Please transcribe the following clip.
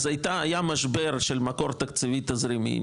אז היה משבר של מקור תקציבי תזרימי,